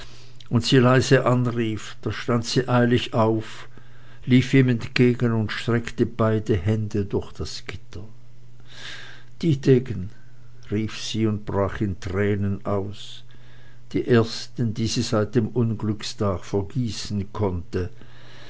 und sie leise anrief da stand sie eilig auf lief ihm entgegen und streckte beide hände durch das gitter dietegen rief sie und brach in tränen aus die ersten die sie seit dem unglückstag vergießen konnte